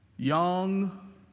Young